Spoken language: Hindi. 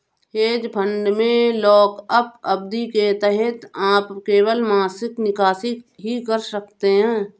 हेज फंड में लॉकअप अवधि के तहत आप केवल मासिक निकासी ही कर सकते हैं